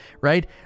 right